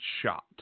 shot